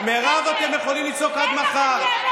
מירב, אתם יכולים לצעוק עד מחר.